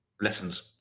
lessons